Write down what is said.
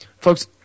folks